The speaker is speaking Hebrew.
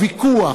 הוויכוח,